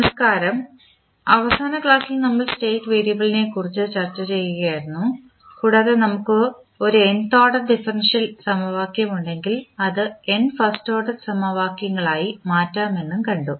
നമസ്കാരം അവസാന ക്ലാസ്സിൽ നമ്മൾ സ്റ്റേറ്റ് വേരിയബിളിനെക്കുറിച്ച് ചർച്ച ചെയ്യുകയായിരുന്നു കൂടാതെ നമുക്ക് ഒരു nth ഓർഡർ ഡിഫറൻഷ്യൽ സമവാക്യം ഉണ്ടെങ്കിൽ അത് n ഫസ്റ്റ് ഓർഡർ സമവാക്യങ്ങളാക്കി മാറ്റാമെന്നും കണ്ടു